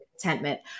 contentment